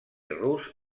rus